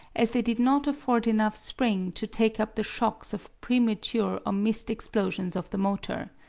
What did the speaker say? as they did not afford enough spring to take up the shocks of premature or missed explosions of the motor.